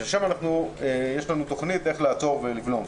ששם יש לנו תוכנית איך לעצור ולבלום.